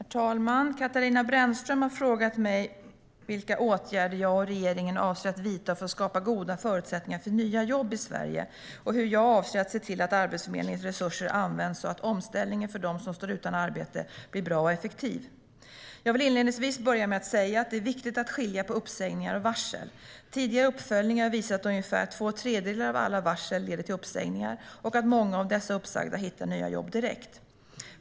Herr talman! Katarina Brännström har frågat mig vilka åtgärder jag och regeringen avser att vidta för att skapa goda förutsättningar för nya jobb i Sverige och hur jag avser att se till att Arbetsförmedlingens resurser används så att omställningen för dem som står utan arbete blir bra och effektiv. Jag vill inledningsvis börja med att säga att det är viktigt att skilja på uppsägningar och varsel. Tidigare uppföljningar visar att ungefär två tredjedelar av alla varsel leder till uppsägningar och att många av dessa uppsagda hittar nya jobb direkt.